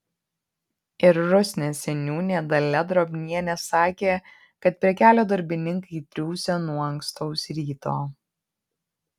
ir rusnės seniūnė dalia drobnienė sakė kad prie kelio darbininkai triūsia nuo ankstaus ryto